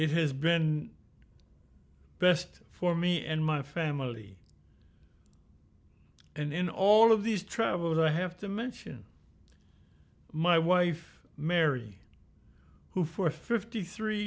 it has been best for me and my family and in all of these travels i have to mention my wife mary who for fifty three